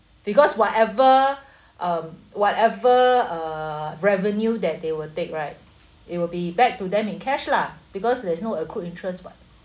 because whatever um whatever uh revenue that they will take right it will be back to them in cash lah because there's no accrued interest [what]